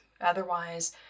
Otherwise